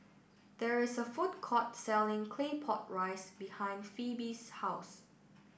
there is a food court selling Claypot Rice behind Phoebe's House